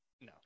No